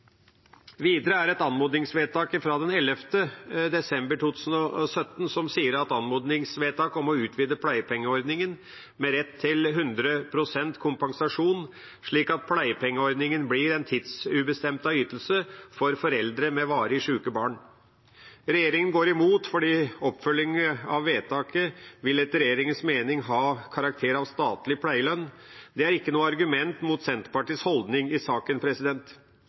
Videre er det anmodningsvedtak fra den 11. desember 2017 om å utvide pleiepengeordningen med rett til 100 pst. kompensasjon, slik at pleiepengeordningen blir en tidsubestemt ytelse for foreldre med varig syke barn. Regjeringa går imot fordi oppfølging av vedtaket etter regjeringas mening vil ha karakter av statlig pleielønn. Det er ikke noe argument mot Senterpartiets holdning i saken.